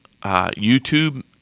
YouTube